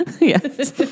yes